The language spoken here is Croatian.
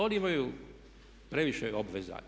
Oni imaju previše obveza.